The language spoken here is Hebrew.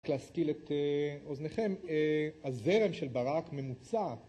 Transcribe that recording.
להשכיל את אוזניכם, הזרם של ברק ממוצע